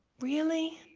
really?